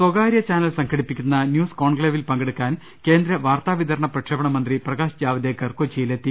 സ്വകാരൃ ചാനൽ സംഘടിപ്പിക്കുന്ന് ന്യൂസ് കോൺക്ലേവിൽ പങ്കെടുക്കുവാൻ കേന്ദ്ര വാർത്താ വിതരണ പ്രക്ഷേപണ മന്ത്രി പ്രകാശ് ജാവ്ദേക്കർ കൊച്ചിയിൽ എത്തി